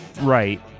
Right